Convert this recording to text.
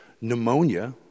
pneumonia